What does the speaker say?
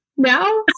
now